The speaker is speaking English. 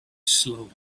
slowly